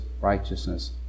righteousness